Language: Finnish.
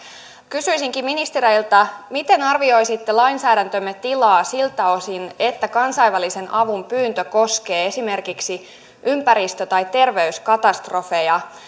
kysyisinkin ministereiltä miten arvioisitte lainsäädäntömme tilaa siltä osin että kansainvälisen avun pyyntö koskee esimerkiksi ympäristö tai terveyskatastrofeja